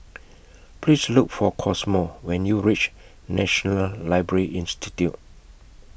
Please Look For Cosmo when YOU REACH National Library Institute